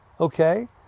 okay